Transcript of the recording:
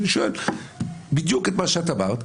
אדוני היושב-ראש, זה לא התפקיד שלה לתת תשובה.